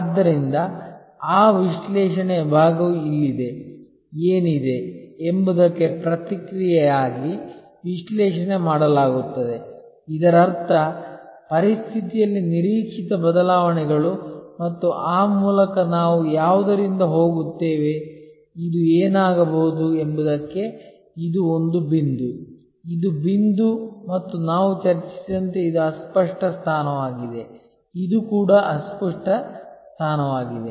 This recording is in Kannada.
ಆದ್ದರಿಂದ ಆ ವಿಶ್ಲೇಷಣೆಯ ಭಾಗವು ಇಲ್ಲಿದೆ ಏನಿದೆ ಎಂಬುದಕ್ಕೆ ಪ್ರತಿಕ್ರಿಯೆಯಾಗಿ ವಿಶ್ಲೇಷಣೆ ಮಾಡಲಾಗುತ್ತದೆ ಇದರರ್ಥ ಪರಿಸ್ಥಿತಿಯಲ್ಲಿ ನಿರೀಕ್ಷಿತ ಬದಲಾವಣೆಗಳು ಮತ್ತು ಆ ಮೂಲಕ ನಾವು ಯಾವುದರಿಂದ ಹೋಗುತ್ತೇವೆ ಇದು ಏನಾಗಬಹುದು ಎಂಬುದಕ್ಕೆ ಇದು ಒಂದು ಬಿಂದು ಇದು ಬಿಂದು ಮತ್ತು ನಾವು ಚರ್ಚಿಸಿದಂತೆ ಇದು ಅಸ್ಪಷ್ಟ ಸ್ಥಾನವಾಗಿದೆ ಇದು ಕೂಡ ಅಸ್ಪಷ್ಟ ಸ್ಥಾನವಾಗಿದೆ